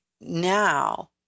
now